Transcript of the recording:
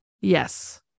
yes